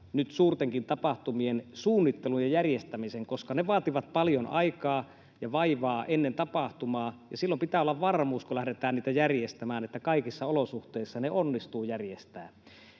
nyt suurtenkin tapahtumien suunnittelun ja järjestämisen. Koska ne vaativat paljon aikaa ja vaivaa ennen tapahtumaa, silloin pitää olla varmuus, kun lähdetään niitä järjestämään, että kaikissa olosuhteissa ne onnistuu järjestää.